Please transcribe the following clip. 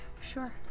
Sure